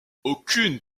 aucune